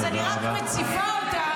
אז אני רק מציפה אותה,